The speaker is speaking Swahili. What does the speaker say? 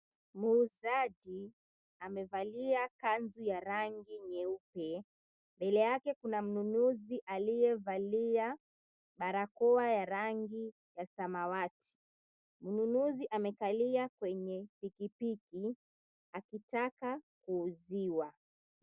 Muuzaji amevalia kanzu ya rangi nyeupe, mbele yake kuna mnunuzi aliyevalia barakoa ya rangi ya samawati. Mnunuzi amekalia kwenye pikipiki akitaka kuuziwa.